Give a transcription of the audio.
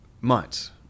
months